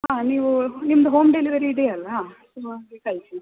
ಹಾಂ ನೀವು ನಿಮ್ಮದು ಹೋಮ್ ಡೆಲಿವೆರಿ ಇದೆ ಅಲ್ವ ಕಳಿಸಿ